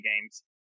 games